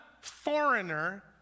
foreigner